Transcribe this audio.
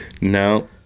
No